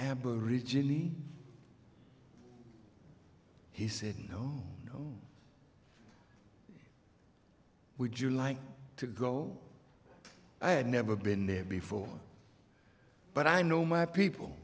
aborigines he said no would you like to go i had never been there before but i know my people